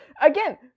again